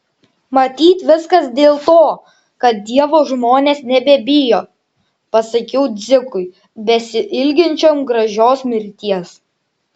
matyt viskas dėl to kad dievo žmonės nebebijo pasakiau dzikui besiilginčiam gražios mirties